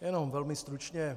Jenom velmi stručně.